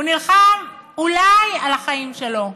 הוא נלחם אולי על החיים שלו.